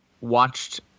watched